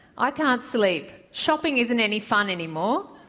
i can't sleep, shopping isn't any fun anymore,